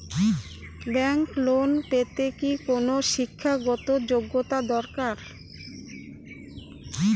Bank loan পেতে কি কোনো শিক্ষা গত যোগ্য দরকার?